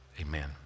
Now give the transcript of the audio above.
Amen